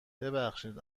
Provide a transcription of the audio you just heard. ببخشید